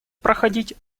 проходить